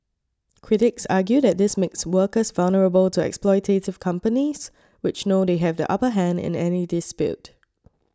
critics argue that this makes workers vulnerable to exploitative companies which know they have the upper hand in any dispute